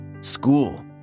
school